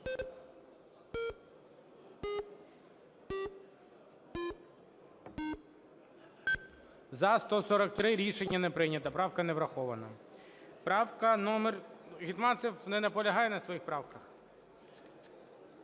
За-143 Рішення не прийнято. Правка не врахована. Правка номер… Гетманцев, не наполягає на своїх правках?